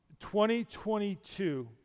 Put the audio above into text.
2022